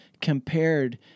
compared